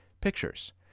pictures